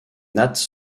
nattes